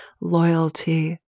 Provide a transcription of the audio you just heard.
loyalty